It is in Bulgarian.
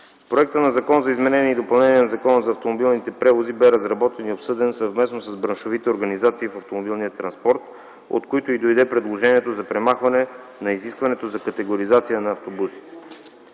проекта на Закон за изменение и допълнение на Закона за автомобилните превози бе разработен и обсъден съвместно с браншовите организации в автомобилния транспорт, от които и дойде предложението за премахване на изискването за категоризация на автобусите.